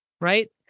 right